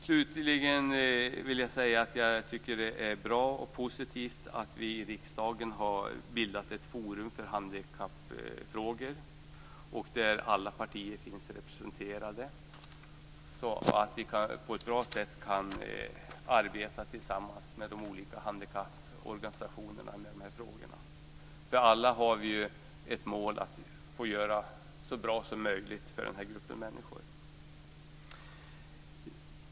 Slutligen vill jag säga att det är bra och positivt att vi i riksdagen har bildat ett forum för handikappfrågor där alla partier finns representerade så att vi på ett bra sätt kan arbeta tillsammans med de olika handikapporganisationerna med dessa frågor. Alla har vi målet att göra det så bra som möjligt för den här gruppen människor.